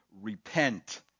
repent